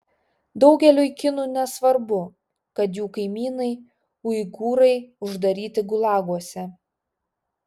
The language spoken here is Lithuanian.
daugeliui kinų nesvarbu kad jų kaimynai uigūrai uždaryti gulaguose